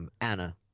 Anna